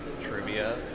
trivia